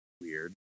weird